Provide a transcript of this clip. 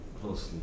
closely